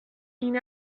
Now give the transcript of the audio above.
این